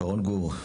שרון גור,